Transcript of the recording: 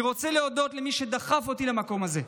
אני רוצה להודות למי שדחפו אותי למקום הזה,